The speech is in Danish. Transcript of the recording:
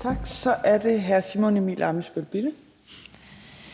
Kl. 11:35 Fjerde næstformand (Trine